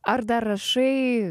ar dar rašai